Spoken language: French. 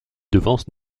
devance